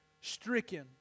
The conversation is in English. stricken